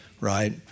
right